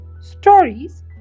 Stories